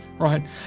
right